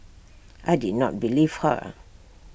I did not believe her